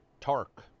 Tark